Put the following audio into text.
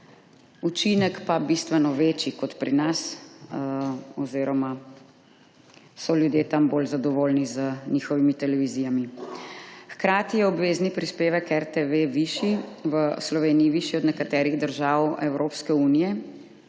učinek pa bistveno večji kot pri nas oziroma so ljudje tam bolj zadovoljni z njihovimi televizijami. Hkrati je obvezni prispevek RTV višji v Sloveniji od nekaterih držav Evropske unije,